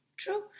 True